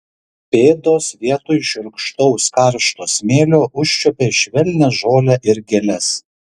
pėdos vietoj šiurkštaus karšto smėlio užčiuopė švelnią žolę ir gėles